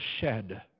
shed